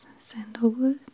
sandalwood